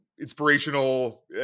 inspirational